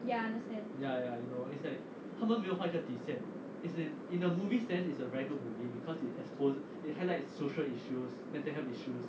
ya I understand